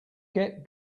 get